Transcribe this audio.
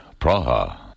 Praha